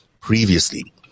previously